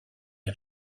les